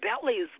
bellies